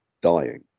dying